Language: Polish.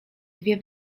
dwie